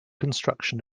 construction